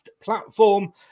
platform